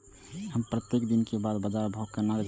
हम प्रत्येक दिन के बाद बाजार भाव केना जानब?